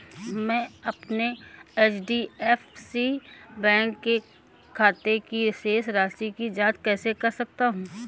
मैं अपने HDFC bank के खाते की शेष राशि की जाँच कैसे कर सकता हूँ?